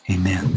amen